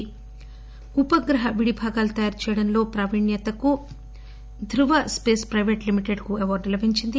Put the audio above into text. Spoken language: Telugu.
చిన్ప ఉపగ్రహ విడి భాగాలు తయారు చేయడంలో ప్రావీణ్యతకు కను ధ్రువ స్పేస్ ప్లేపేట్ లిమిటెడ్కు అవార్డు లభించింది